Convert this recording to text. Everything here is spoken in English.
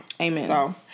Amen